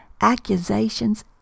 accusations